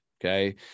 Okay